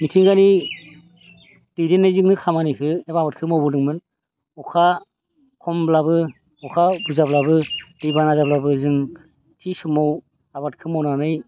मिथिंगानि दैदेननायजोंनो खामिनिखौ एबा आबादखौ मावबोदोंमोन अखा खमब्लाबो अखा बुरजाब्लाबो दैबाना जाब्लाबो जों थि समाव आबादखौ मावनानै